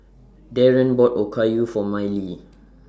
Dereon bought Okayu For Miley